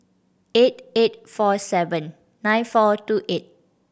eight eight four seven nine four two eight